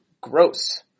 Gross